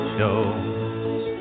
shows